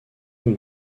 vous